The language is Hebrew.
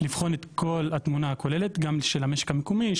לבחון את כל התמונה הכוללת גם של המשק המקומי,